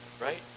right